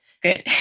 Good